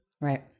right